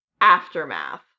aftermath